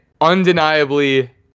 Undeniably